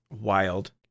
wild